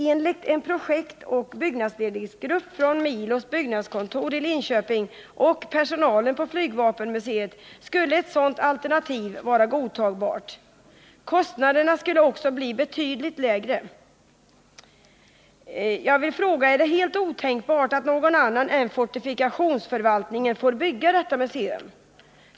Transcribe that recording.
Enligt uppgifter från en projektsoch byggnadsledningsgrupp på milos byggnadskontor i Linköping och från personalen på flygvapenmuseet skulle ett sådant alternativ vara godtagbart. Kostnaderna skulle också bli betydligt lägre. Är det helt otänkbart att någon annan än fortifikationsförvaltningen får bygga detta museum?